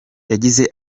yagize